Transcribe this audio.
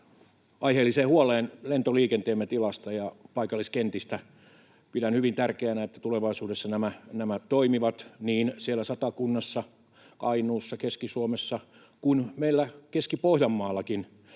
aiheelliseen huoleen lentoliikenteemme tilasta ja paikalliskentistä. Pidän hyvin tärkeänä, että tulevaisuudessa nämä toimivat niin siellä Satakunnassa, Kainuussa, Keski-Suomessa kuin meillä Keski-Pohjanmaallakin.